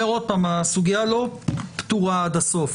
הסוגייה לא פתורה עד הסוף,